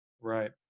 right